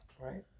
Right